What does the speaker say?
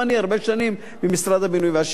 הרבה שנים במשרד הבינוי והשיכון.